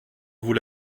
vous